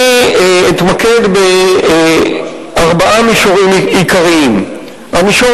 אני אתמקד בארבעה מישורים עיקריים: המישור